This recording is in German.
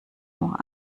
nur